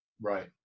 Right